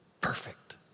perfect